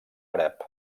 àrab